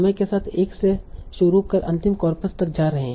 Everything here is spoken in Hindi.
समय के साथ आप एक से शुरू कर अंतिम कॉर्पस तक जा रहे हैं